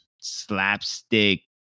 slapstick